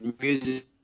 music